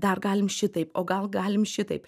dar galim šitaip o gal galim šitaip